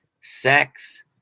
sex